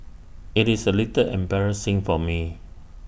IT is A little embarrassing for me